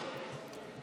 הכאוס